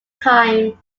time